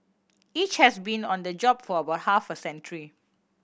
each has been on the job for about half a century